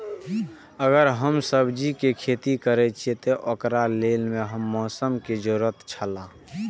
अगर हम सब्जीके खेती करे छि ओकरा लेल के हन मौसम के जरुरी छला?